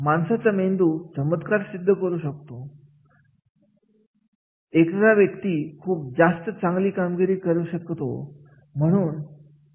माणसाचा मेंदू चमत्कार सिद्ध करू शकतो एखादा व्यक्ती खूपच जास्त वेळा चांगली कामगिरी करू शकतो